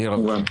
נירה, בבקשה.